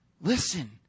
listen